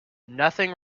nothing